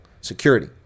security